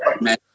Man